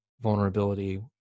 vulnerability